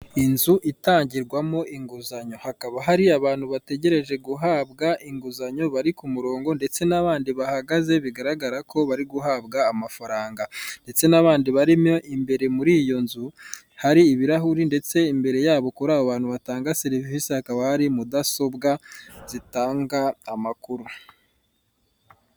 Inzu itangirwamo inguzanyo hakaba hari abantu bategereje guhabwa inguzanyo bari ku murongo ndetse n'abandi bahagaze bigaragara ko bari guhabwa amafaranga. Ndetse n'abandi barimo imbere muri iyo nzu, hari ibirahuri ndetse imbere yabo kuri abo bantu batanga serivise hakaba hari mudasobwa zitanga amakuru.